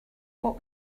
what